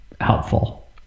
helpful